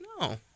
No